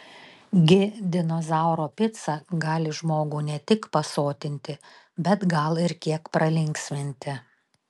gi dinozauro pica gali žmogų ne tik pasotinti bet gal ir kiek pralinksminti